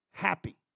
happy